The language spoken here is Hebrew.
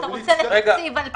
אתה רוצה לתקציב 2022,